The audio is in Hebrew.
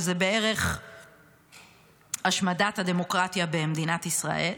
שזה בערך השמדת הדמוקרטיה במדינת ישראל.